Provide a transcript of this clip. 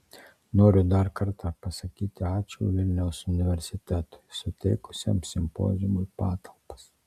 noriu dar kartą pasakyti ačiū vilniaus universitetui suteikusiam simpoziumui patalpas